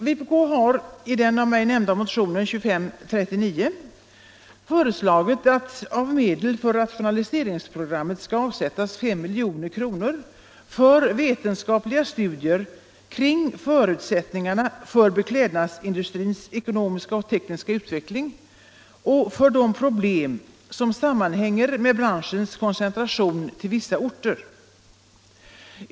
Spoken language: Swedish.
Vpk har i den av mig nämnda motionen 2539 föreslagit att av medlen för rationaliseringsprogrammet skall avsättas 5 milj.kr. för vetenskapliga studier kring förutsättningarna för beklädnadsindustrins ekonomiska och tekniska utveckling och för de problem som sammanhänger med branschens koncentration till vissa orter.